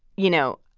you know,